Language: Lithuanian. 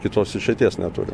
kitos išeities neturim